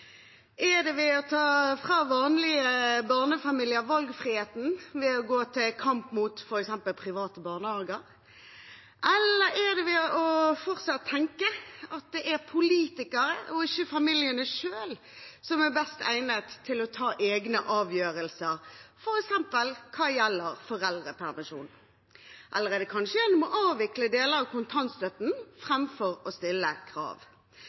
Er det ved å ta fra vanlige barnefamilier valgfriheten ved å gå til kamp mot private barnehager? Eller er det ved fortsatt å tenke at det er politikere og ikke familiene selv som er best egnet til å ta egne avgjørelser hva gjelder foreldrepermisjon? Eller er det kanskje gjennom å avvikle deler av kontantstøtten framfor å stille krav?